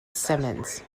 simonds